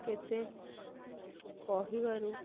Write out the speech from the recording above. କେତେ କହିବାରୁ